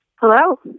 Hello